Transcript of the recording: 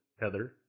Heather